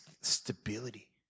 stability